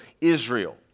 Israel